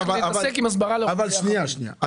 להתעסק עם הסברה לאוכלוסייה החרדית.